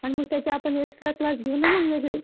आणि मग त्याचे आपण एक्सट्रा क्लास घेऊ ना मग वेगळे